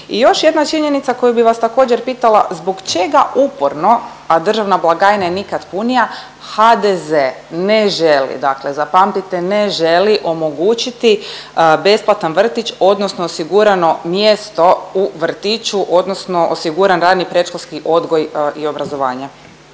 I još jedna činjenica koju bi vas također pitala zbog čega uporno, a državna blagajna je nikad punija HDZ ne želi, dakle zapamtite ne želi omogućiti besplatan vrtić odnosno osigurano mjesto u vrtiću odnosno osiguran rani predškolski odgoj i obrazovanje.